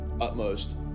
utmost